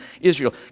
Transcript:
Israel